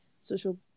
social